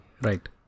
Right